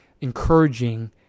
encouraging